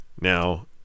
Now